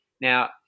Now